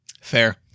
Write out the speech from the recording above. Fair